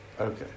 Okay